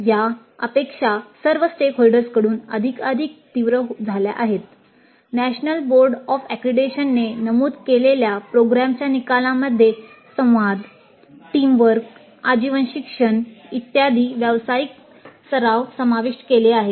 या अपेक्षा सर्व स्टेकहोल्डर्सकडून नमूद केलेल्या प्रोग्रामच्या निकालांमध्ये संवाद टीम वर्क आजीवन शिक्षण इत्यादी व्यावसायिक सराव समाविष्ट केले आहेत